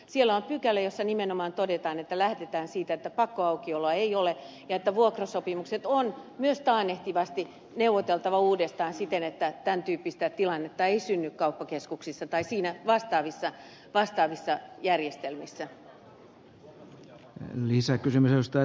siellä on pykälä jossa nimenomaan todetaan että lähdetään siitä että pakkoaukioloa ei ole ja että vuokrasopimukset on myös taannehtivasti neuvoteltava uudestaan siten että tämän tyyppistä tilannetta ei synny kauppakeskuksissa tai vastaavissa järjestelmissä